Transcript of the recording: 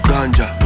Ganja